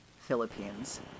Philippines